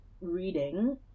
reading